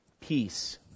Peace